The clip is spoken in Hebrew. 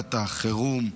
בתקופת החירום.